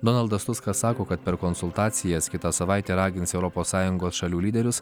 donaldas tuskas sako kad per konsultacijas kitą savaitę ragins europos sąjungos šalių lyderius